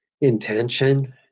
intention